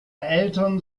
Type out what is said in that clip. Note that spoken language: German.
eltern